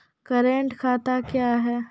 Current खाता क्या हैं?